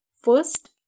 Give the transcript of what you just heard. First